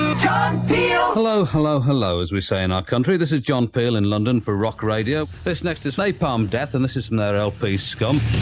john ah hello, hello, hello, as we say in our country. this is john peele in london for rock radio. this next is napalm death and this is from their lp scum.